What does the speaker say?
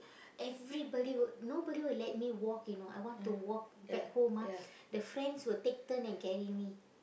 everybody would nobody would let me walk you know I want to walk back home ah the friends will take turn and carry me